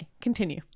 continue